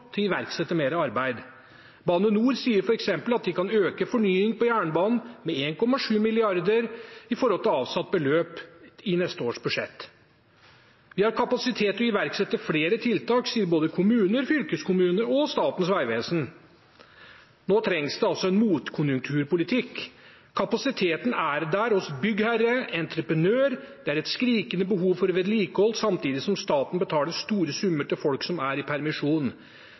til å iverksette mer arbeid. Bane NOR sier f.eks. at de kan øke fornying på jernbanen med 1,7 mrd. kr i forhold til avsatt beløp i neste års budsjett. Vi har kapasitet til å iverksette flere tiltak, sier både kommuner, fylkeskommuner og Statens vegvesen. Nå trengs det altså en motkonjunkturpolitikk. Kapasiteten er der hos byggherrer og entreprenører, og det er et skrikende behov for vedlikehold, samtidig som staten betaler store summer til folk som er i permisjon.